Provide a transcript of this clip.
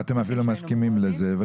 ואתם אפילו מסכימים לזה.